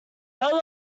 how